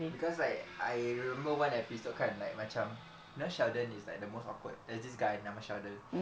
because like I remember one episode kan like macam young sheldon is like the most awkward there's this guy nama sheldon